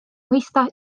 mõista